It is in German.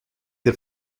der